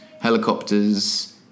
Helicopters